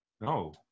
No